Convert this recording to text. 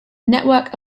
network